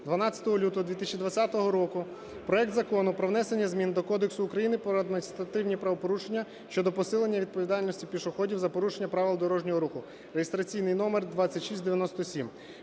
12 лютого 2020 року проект Закону про внесення змін до Кодексу України про адміністративні правопорушення щодо посилення відповідальності пішоходів за порушення правил дорожнього руху (реєстраційний номер 2697).